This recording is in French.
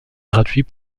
gratuit